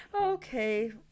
okay